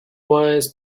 wise